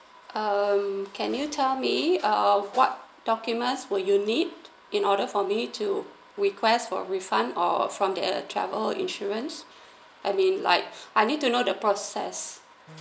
err can you tell me uh what documents will you need in order for me to request for refund or from the travel insurance I mean like I need to know the process